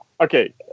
Okay